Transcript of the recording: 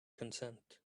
consent